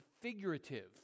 figurative